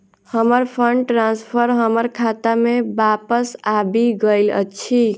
हमर fund transfer हमर खाता मे बापस आबि गइल अछि